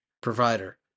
provider